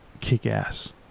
kick-ass